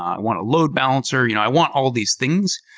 i want a load balancer. you know i want all these things.